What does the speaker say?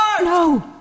No